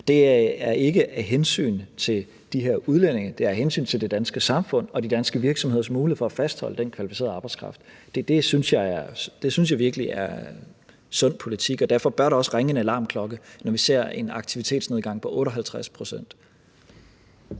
Det er ikke af hensyn til de her udlændinge; det er af hensyn til det danske samfund og de danske virksomheder, som har mulighed for at fastholde den kvalificerede arbejdskraft. Det synes jeg virkelig er sund politik, og derfor bør der også ringe en alarmklokke, når vi ser en aktivitetsnedgang på 58 pct.